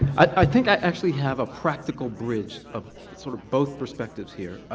i think i actually have a practical bridge of sort of both perspectives here.